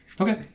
Okay